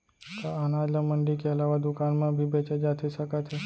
का अनाज ल मंडी के अलावा दुकान म भी बेचे जाथे सकत हे?